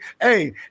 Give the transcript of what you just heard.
Hey